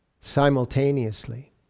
simultaneously